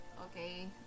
Okay